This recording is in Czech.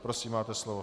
Prosím, máte slovo.